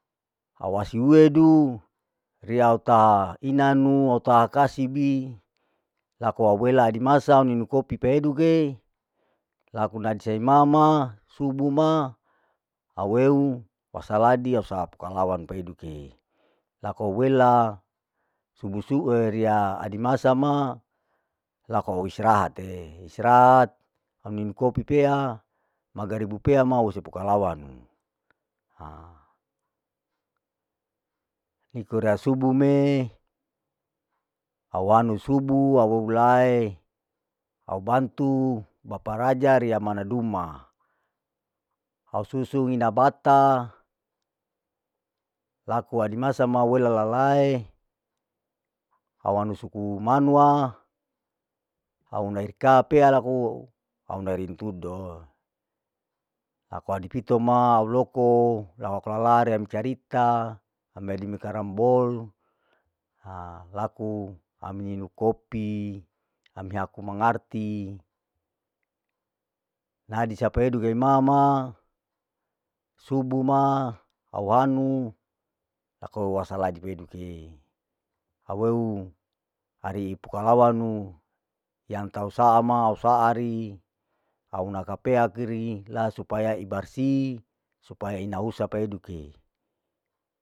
Awasi wedi riya au taha inanu, au taha kasibi, laku awela adi masa au ninu kopi peduke, laku naisei mama subu ma au eu wasaladi au saa pokalawanu peduke, laku au wela subu sub e riya adi masa ma laku au istirahate, istrahat au nimu kopi pea magaribu pe ma au ise pukalawanu, haa iko ria subuh me au hanu subu au ou lae, au bantu bapa raja riya mana duma, au susun ina bata laku adi masa au ena lalae, au anu subu manwa, au una iri kapea lakuau nerin tudo, laku adi pito ma au loko leok lala rem carita, emedi me karambol, haa laku aminu kopi, ami aku mangarti nahadi sapeduke mama, subu ma aku hanu takou wasaladi peduke, aweu ari pukalawanu yang tau saa ma au saari au nakapea kiri la supaya ibarsi, supaya ina usa peduke.'